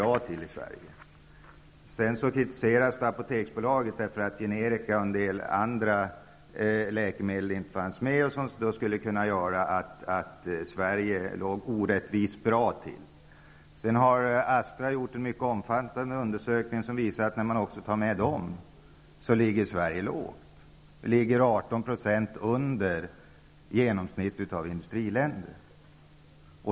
Apoteksbolaget fick kritik för att generika och en del andra läkemedel inte fanns med i redovisningen. Detta skulle nämligen kunna göra att Sverige låg orättvist bra till i jämförelsen. Astra har sedan gjort en mycket omfattande undersökning som visar att läkemedelskostnaderna i Sverige ligger lågt när man tar med även dessa preparat. Vi ligger 18 % under genomsnittet av industriländer.